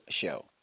show